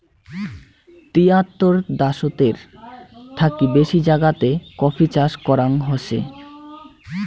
তিয়াত্তর দ্যাশেতের থাকি বেশি জাগাতে কফি চাষ করাঙ হসে